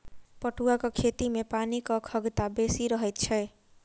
पटुआक खेती मे पानिक खगता बेसी रहैत छै